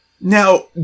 Now